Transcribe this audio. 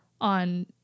on